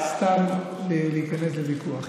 חבל סתם להיכנס לוויכוח.